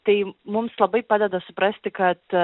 tai mums labai padeda suprasti kad